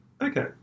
Okay